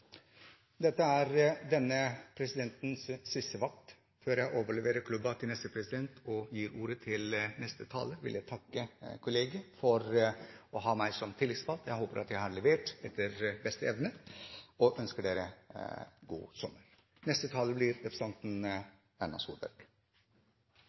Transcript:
Dette er denne presidentens siste vakt før han overleverer klubba til neste president. Før jeg gir ordet til neste taler, vil jeg takke kollegiet for at jeg har fått være tillitsvalgt. Jeg håper jeg har levert – jeg har gjort det etter beste evne. Så vil jeg ønske dere god sommer.